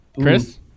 Chris